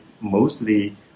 mostly